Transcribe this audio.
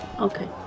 Okay